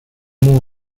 mon